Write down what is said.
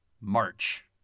March